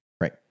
Right